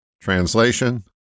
Translation